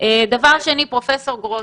דבר שני, פרופ' גרוטו,